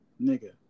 nigga